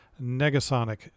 Negasonic